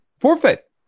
Forfeit